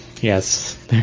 Yes